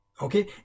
okay